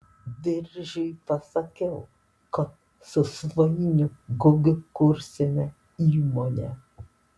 biržiui pasakiau kad su svainiu gugiu kursime įmonę